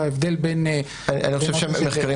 וההבדל בין --- אני חושב שהמחקרים